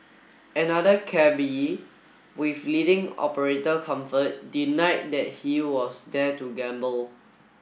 another cabby with leading operator comfort deny that he was there to gamble